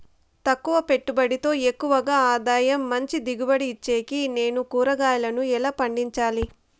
తక్కువ పెట్టుబడితో ఎక్కువగా ఆదాయం మంచి దిగుబడి ఇచ్చేకి నేను కూరగాయలను ఎలా పండించాలి?